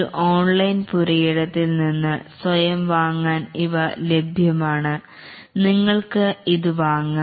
ഒരു ഓൺലൈൻ പുരയിടത്തിൽ നിന്ന് സ്വയം വാങ്ങാൻ ഇവ ലഭ്യമാണ് നിങ്ങൾക്ക് ഇത് വാങ്ങാം